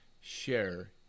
share